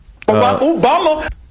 Obama